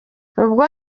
ubwo